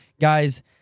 Guys